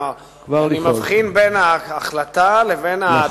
כלומר, אני מבחין בין ההחלטה לבין התשלום בפועל.